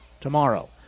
tomorrow